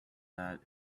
that